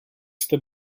jste